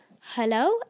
Hello